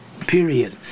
Period